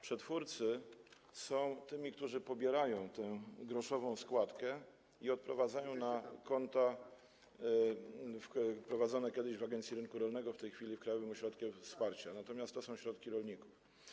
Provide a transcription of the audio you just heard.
Przetwórcy są tymi, którzy pobierają tę groszową składkę i odprowadzają na konta prowadzone kiedyś w Agencji Rynku Rolnego, a w tej chwili w Krajowym Ośrodku Wsparcia Rolnictwa, natomiast są to środki rolników.